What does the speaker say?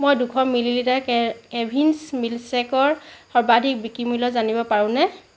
মই দুশ millilitre কে কেভিন্ছ মিলকশ্বেকৰ সৰ্বাধিক বিক্ৰী মূল্য জানিব পাৰোঁনে